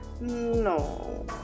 no